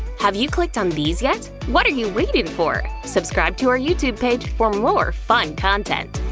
have you clicked on these yet? what are you waiting for? subscribe to our youtube page for more fun content!